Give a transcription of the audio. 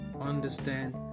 understand